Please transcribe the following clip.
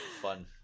fun